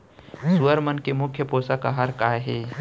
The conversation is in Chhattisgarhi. सुअर मन के मुख्य पोसक आहार का हे?